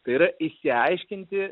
tai yra išsiaiškinti